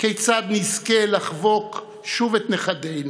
כיצד נזכה לחבוק שוב את נכדינו,